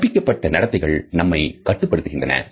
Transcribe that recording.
எனவே கற்பிக்கப்பட்ட நடத்தைகள் நம்மை கட்டுப்படுத்துகின்றன